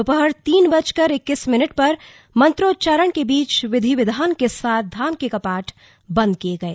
दोपहर तीन बजकर इक्कीस मिनट पर मंत्रोच्चारण के बीच विधि विधान के साथ धाम के कपाट बंद किये गए